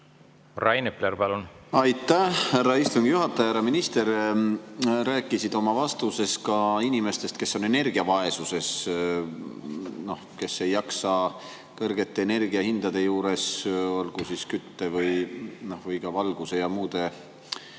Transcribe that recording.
tekib. Aitäh, härra istungi juhataja! Härra minister! Sa rääkisid oma vastuses ka inimestest, kes on energiavaesuses, kes ei jaksa kõrgete energiahindade juures kütte ja valguse ja muude